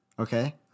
Okay